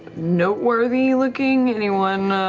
noteworthy looking? anyone